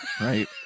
right